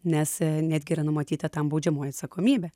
nes netgi yra numatyta tam baudžiamoji atsakomybė